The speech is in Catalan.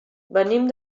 venim